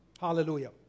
Hallelujah